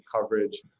coverage